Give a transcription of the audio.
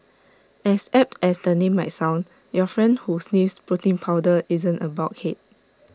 as apt as the name might sound your friend who sniffs protein powder isn't A bulkhead